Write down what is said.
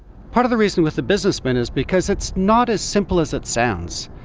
part of the reason with the businessmen is because it's not as simple as it sounds,